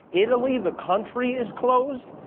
italy the country is closed.